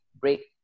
Break